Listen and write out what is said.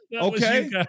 Okay